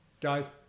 guys